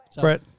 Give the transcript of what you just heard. Brett